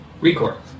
Record